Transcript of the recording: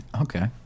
okay